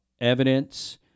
evidence